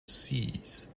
cease